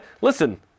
listen